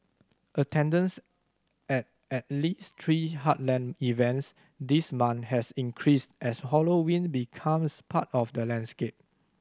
attendance at at least three heartland events this month has increased as Halloween becomes part of the landscape